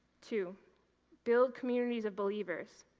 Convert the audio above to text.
two build communities of believers.